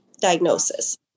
diagnosis